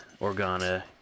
Organa